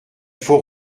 faut